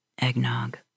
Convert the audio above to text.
Eggnog